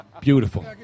Beautiful